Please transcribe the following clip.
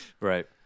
Right